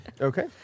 Okay